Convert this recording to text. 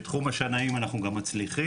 בתחום השנאים אנחנו גם מצליחים,